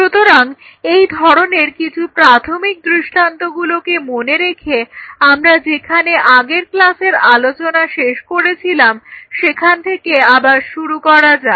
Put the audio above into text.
সুতরাং এই ধরনের কিছু প্রাথমিক দৃষ্টান্তগুলোকে মনে রেখে আমরা যেখানে আগের ক্লাসের আলোচনা শেষ করেছিলাম সেখান থেকে আবার শুরু করা যাক